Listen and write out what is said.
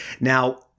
now